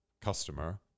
customer